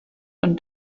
und